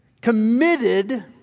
committed